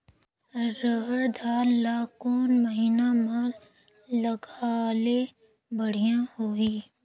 रहर दाल ला कोन महीना म लगाले बढ़िया होही?